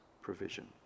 provision